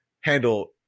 handle